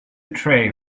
tray